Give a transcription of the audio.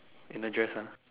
in a dress ah